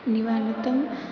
ਨਵੀਨਤਮ